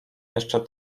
jeszcze